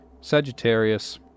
Sagittarius